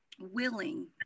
willing